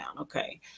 okay